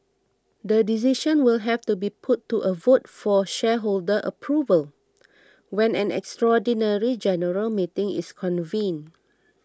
the decision will have to be put to a vote for shareholder approval when an extraordinary general meeting is convened